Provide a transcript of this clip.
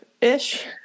ish